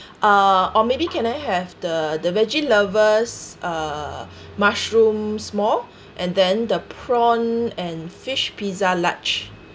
uh or maybe can I have the the veggie lovers uh mushroom small and then the prawn and fish pizza large